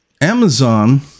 Amazon